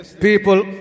People